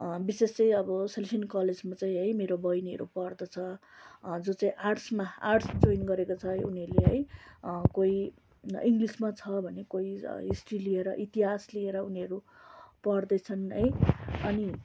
विशेष चाहिँ अब सलेसन कलेजमा चाहिँ है मेरो बहिनीहरू पढ्दछ जो चाहिँ आर्टसमा आर्टस् जोइन गरेको छ उनीहरूले है कोही इङ्गलिसमा छ भने कोही हिस्ट्री लिएर इतिहास लिएर उनीहरू पढ्दैछन् है अनि